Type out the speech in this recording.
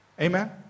Amen